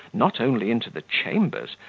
not only into the chambers,